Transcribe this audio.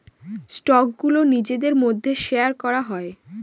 স্টকগুলো নিজেদের মধ্যে শেয়ার করা হয়